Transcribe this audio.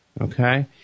Okay